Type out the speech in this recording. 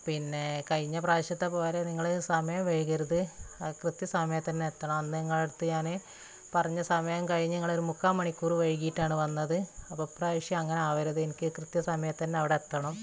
പിന്നെ കഴിഞ്ഞപ്രാവശ്യത്തെ പോലെ നിങ്ങള് സമയം വൈകരുത് ആ കൃത്യസമയത്ത് തന്നെ എത്തണം അന്ന് നിങ്ങളുടെയടുത്ത് ഞാന് പറഞ്ഞ സമയം കഴിഞ്ഞ് നിങ്ങളൊരു മുക്കാല് മണിക്കൂര് വൈകിയിട്ടാണ് വന്നത് അപ്പോള് ഇപ്രവശ്യം അങ്ങനെയാവരുത് എനിക്ക് കൃത്യസമയത്ത് തന്നെ അവിടെ എത്തണം